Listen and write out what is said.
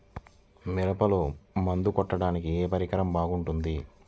మిరపలో మందు కొట్టాడానికి ఏ పరికరం బాగుంటుంది?